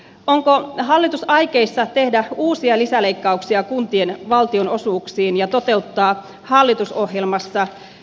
olkoon hallitusaikeista tehdä uusia lisäleikkauksia kuntien valtionosuuksiin ja toteuttaa hallitusohjelmasta